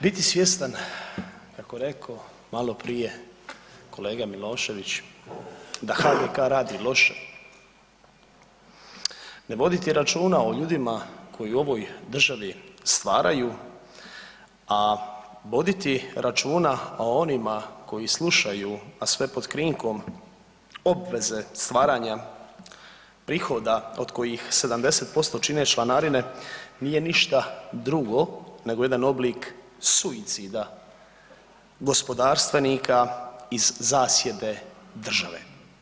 Biti svjestan kako je rekao maloprije kolega Milošević da HGK radi loše ne voditi računa o ljudima koji u ovoj državi stvaraju, a voditi računa o onima koji slušaju, a sve pod krinkom obveze stvaranja prihoda od kojih 70% čine članarine nije ništa drugo nego jedan oblik suicida gospodarstvenika iz zasjede države.